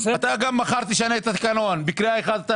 אתה גם מחר תשנה את התקנון בקריאה אחת.